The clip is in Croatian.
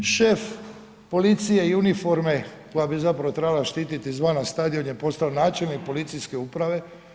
Šef policije i uniforme koja bi zapravo trebala štiti izvana stadion je postao načelnik policijske uprave.